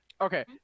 Okay